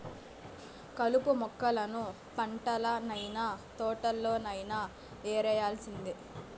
కలుపు మొక్కలను పంటల్లనైన, తోటల్లోనైన యేరేయాల్సిందే